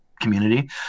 community